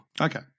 Okay